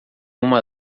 uma